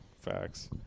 facts